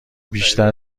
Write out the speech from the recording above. بیشتر